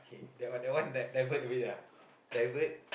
okay that that one that one like divert away ah divert